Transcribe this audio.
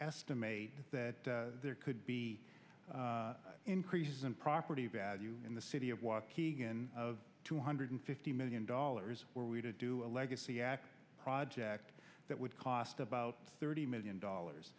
estimate that there could be increases in property value in the city of waukegan of two hundred fifty million dollars were we to do a legacy at project that would cost about thirty million dollars